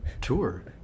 tour